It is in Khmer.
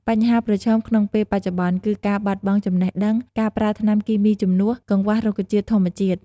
បញ្ហាប្រឈមក្នុងពេលបច្ចុប្បន្ន គឺការបាត់បង់ចំណេះដឹង, ការប្រើថ្នាំគីមីជំនួស, កង្វះរុក្ខជាតិធម្មជាតិ។